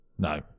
No